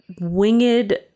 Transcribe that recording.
winged